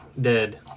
Dead